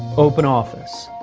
open office.